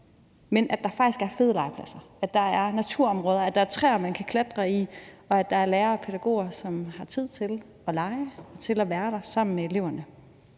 men at der faktisk er fede legepladser, at der er naturområder, at der er træer, man kan klatre i, og at der er lærere og pædagoger, som har tid til at lege og til at være der sammen med eleverne.